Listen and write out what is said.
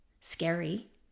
scary